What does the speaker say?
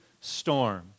storm